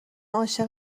عاشق